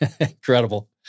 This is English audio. incredible